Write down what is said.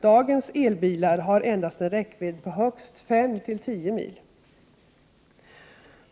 Dagens elbilar har endast en räckvidd på högst 5—10 mil.